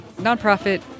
nonprofit